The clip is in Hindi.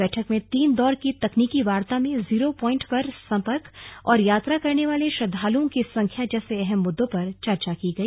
बैठक में तीन दौर की तकनीकी वार्ता में जीरो प्वाइंट पर संपर्क और यात्रा करने वाले श्रद्वालुओं की संख्या जैसे अहम मुद्दों पर चर्चा की गई